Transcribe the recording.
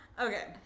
Okay